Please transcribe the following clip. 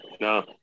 No